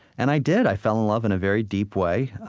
and i did. i fell in love in a very deep way,